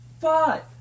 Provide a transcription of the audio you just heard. five